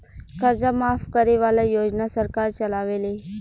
कर्जा माफ करे वाला योजना सरकार चलावेले